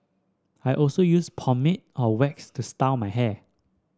I also use pomade or wax to style my hair